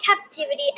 captivity